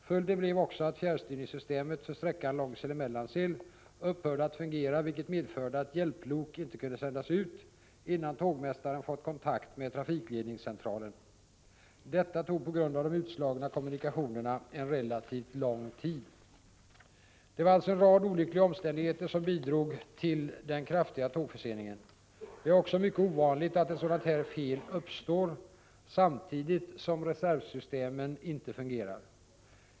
Följden blev också att fjärrstyrningssystemet för sträckan Långsele-Mellansel upphörde att fungera, vilket medförde att hjälplok inte kunde sändas ut innan tågmästaren fått kontakt med trafikledningscentralen. Detta tog på grund av de utslagna kommunikationerna en relativt lång tid. Det var alltså en rad olyckliga omständigheter som bidrog till den kraftiga tågförseningen. Det är också mycket ovanligt att ett sådant här fel uppstår samtidigt som reservsystemen inte fungerar.